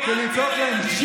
פנית אליי, אני אענה לך.